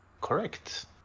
Correct